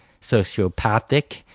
sociopathic